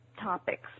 topics